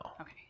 okay